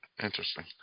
interesting